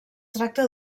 tracta